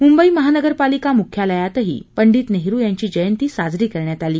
मुंबई महानगरपालिका मुख्यालयातही पंडित नेहरु यांची जयंती साजरी करण्यात आली